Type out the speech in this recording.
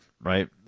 right